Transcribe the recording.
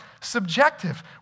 subjective